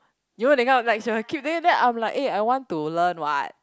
you know that kind like she will keep then then I'm like eh I want to learn what